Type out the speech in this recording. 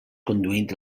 conduint